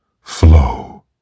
Flow